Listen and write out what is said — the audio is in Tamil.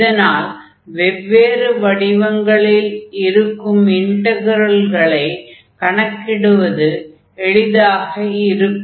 இதனால் வெவ்வேறு வடிவங்களில் இருக்கும் இன்டக்ரல்களைக் கணக்கிடுவது எளிதாக இருக்கும்